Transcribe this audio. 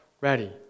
ready